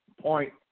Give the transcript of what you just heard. point